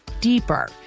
deeper